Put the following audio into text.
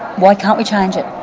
why can't we change it?